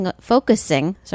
focusing